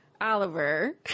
Oliver